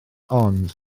ond